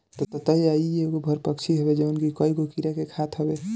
ततैया इ एगो परभक्षी हवे जवन की कईगो कीड़ा के खात हवे